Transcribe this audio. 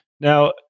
now